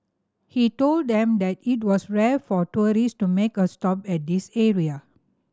he told them that it was rare for tourist to make a stop at this area